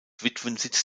witwensitz